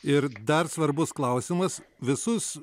ir dar svarbus klausimas visus